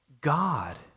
God